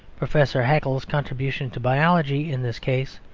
professor haeckel's contribution to biology, in this case,